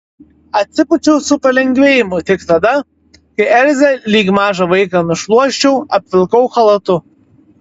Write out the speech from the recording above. atsipūčiau su palengvėjimu tik tada kai elzę lyg mažą vaiką nušluosčiau apvilkau chalatu